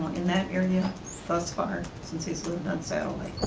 in that area thus far since he's lived on so